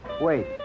Wait